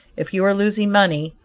if you are losing money,